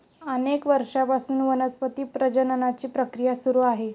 अनेक वर्षांपासून वनस्पती प्रजननाची प्रक्रिया सुरू आहे